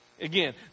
Again